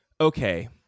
okay